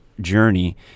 journey